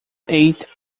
eight